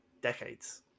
decades